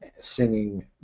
singing